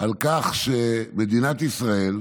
לכך שמדינת ישראל,